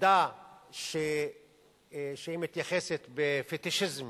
עמדה שמתייחסת בפטישיזם